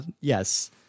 Yes